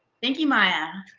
thank you, maya.